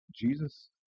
Jesus